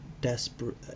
desperate